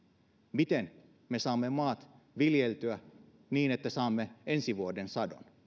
miten me saamme maat viljeltyä niin että saamme ensi vuoden sadon